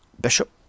Bishop